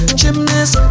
gymnast